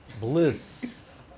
bliss